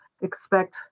Expect